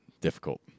difficult